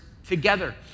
Together